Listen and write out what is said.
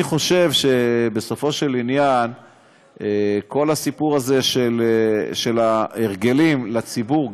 אני חושב שבסופו של עניין כל הסיפור הזה של ההרגלים של ציבור,